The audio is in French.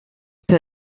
peut